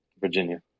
Virginia